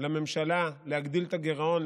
לממשלה להגדיל את הגירעון,